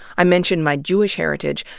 i mentioned my jewish heritage,